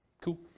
cool